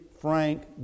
Frank